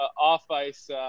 off-ice